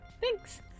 thanks